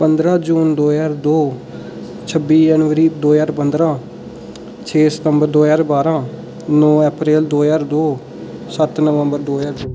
पंदरां जून दो ज्हार दो छब्बी जनवरी दौ ज्हार पंदरां छे सितंबर दो ज्हार बारां नौ अप्रैल दो ज्हार दो सत्त नवंबर दो ज्हार तेरां